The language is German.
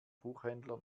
buchhändler